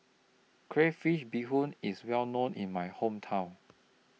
Crayfish Beehoon IS Well known in My Hometown